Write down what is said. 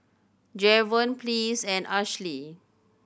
Jevon Pleas and Ashlee